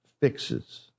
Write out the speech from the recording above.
fixes